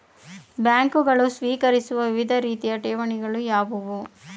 ಬ್ಯಾಂಕುಗಳು ಸ್ವೀಕರಿಸುವ ವಿವಿಧ ರೀತಿಯ ಠೇವಣಿಗಳು ಯಾವುವು?